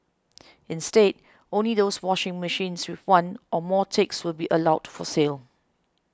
instead only those washing machines with one or more ticks will be allowed for sale